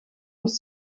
muss